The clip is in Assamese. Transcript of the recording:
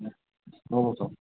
অঁ হ'ব ছাৰ